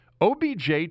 OBJ